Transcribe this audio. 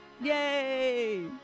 Yay